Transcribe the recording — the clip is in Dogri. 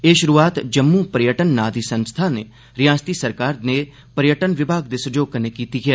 एह् षुरूआत जम्मू पर्यटन नां दी संस्था ने रिआसती सरकार दे पर्यटन विभाग दे सैह्योग कन्नै कीती ऐ